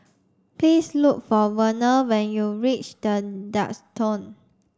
please look for Verner when you reach The Duxton